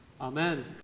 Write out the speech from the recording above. Amen